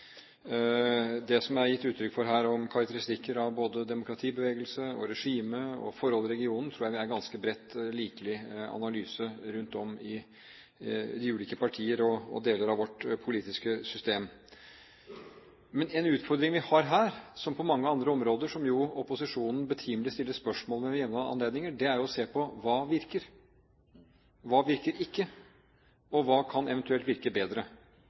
Det som det er gitt uttrykk for her, om karakteristikker av både demokratibevegelse, regime og forholdet i regionen, tror jeg er en ganske bred, likelig analyse rundt om i de ulike partier og i deler av vårt politiske system. Men en utfordring vi har her, som på mange andre områder, som jo opposisjonen betimelig stiller spørsmål ved ved jevne anledninger, er å se på: Hva virker? Hva virker ikke? Og: Hva kan eventuelt virke bedre?